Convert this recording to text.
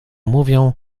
mówią